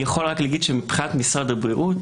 אני יכול רק להגיד שמבחינת משרד הבריאות,